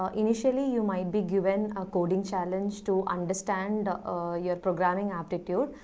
um initially, you might be given a coding challenge to understand your programming aptitude,